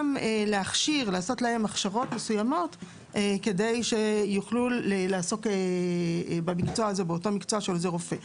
ולעשות להם הכשרות מסוימות כדי שיוכלו לעסוק באותו מקצוע של עוזר רופא.